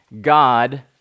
God